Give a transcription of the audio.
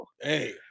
Hey